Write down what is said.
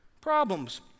problems